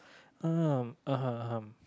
um (uh huh) (uh huh)